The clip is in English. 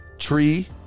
Tree